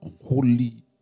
unholy